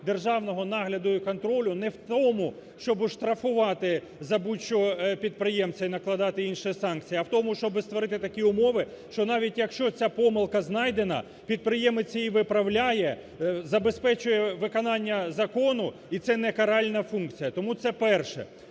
державного нагляду і контролю не в тому, щоб оштрафувати за будь-що підприємця і накладати інші санкції, а в тому, щоби створити такі умови, що навіть, якщо ця помилка знайдена, підприємець її виправляє, забезпечує виконання закону, і це не каральна функція. Тому це перше.